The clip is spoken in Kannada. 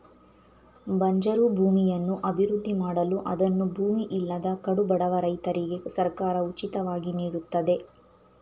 ಬಂಜರು ಭೂಮಿಯನ್ನು ಅಭಿವೃದ್ಧಿ ಮಾಡಲು ಅದನ್ನು ಭೂಮಿ ಇಲ್ಲದ ಕಡುಬಡವ ರೈತರಿಗೆ ಸರ್ಕಾರ ಉಚಿತವಾಗಿ ನೀಡುತ್ತದೆ